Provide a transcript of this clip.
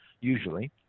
usually